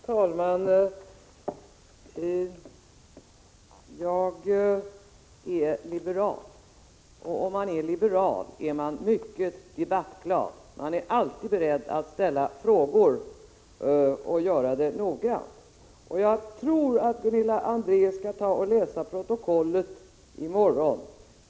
Herr talman! Jag är liberal. Om man är liberal, är man mycket debattglad. 14 maj 1986 Man är alltid beredd att ställa frågor och göra det noga. Jag tror att Gunilla André skall ta och läsa protokollet i morgon.